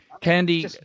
Candy